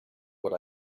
what